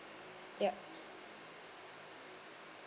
yup